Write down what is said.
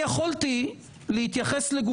אני רוצה להתייחס.